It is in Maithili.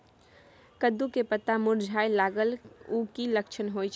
कद्दू के पत्ता मुरझाय लागल उ कि लक्षण होय छै?